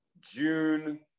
June